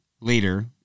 later